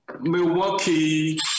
Milwaukee